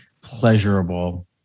pleasurable